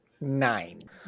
Nine